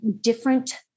different